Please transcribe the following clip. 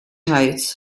heights